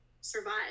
survive